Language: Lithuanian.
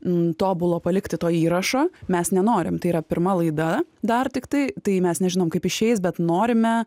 nu tobulo palikti to įrašo mes nenorim tai yra pirma laida dar tiktai tai mes nežinom kaip išeis bet norime